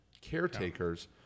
caretakers